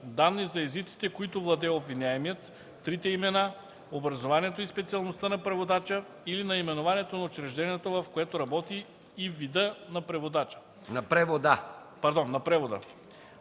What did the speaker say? данни за езиците, които владее обвиняемият, трите имена, образованието и специалността на преводача или наименованието на учреждението, в което работи, и вида на превода. (2) Органът, който назначава